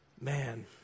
Man